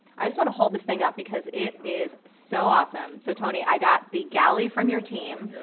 i just wanna hold this thing up because it is so awesome. so, tony, i got the galley from your team,